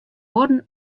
oare